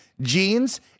jeans